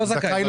זכאי.